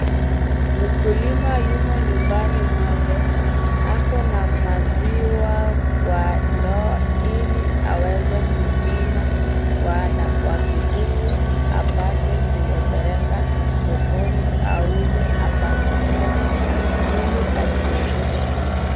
Mkulima yumo nyumbani mwake, ako na maziwa kwa ndoo ili aweze kupima kwa kibuyu apate kuyapeleka sokoni auze apate pesa ili ajiwezeshe kimaisha.